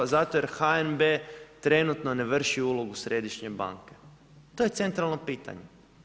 Zato jer HNB trenutno ne vrši ulogu središnje banke. to je centralno pitanje.